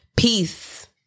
Peace